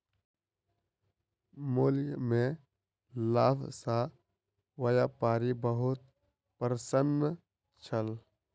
मूल्य में लाभ सॅ व्यापारी बहुत प्रसन्न छल